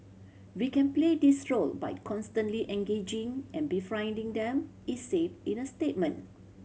we can play this role by constantly engaging and befriending them it said in a statement